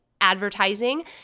advertising